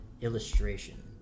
illustration